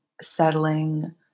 settling